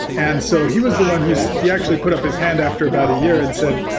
and so he was the one who he actually put up his hand after about a year and said,